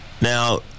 Now